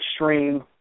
extreme